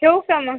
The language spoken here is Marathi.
ठेवू का मग